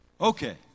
Okay